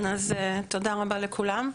תודה רבה לכולם.